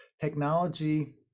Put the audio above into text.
technology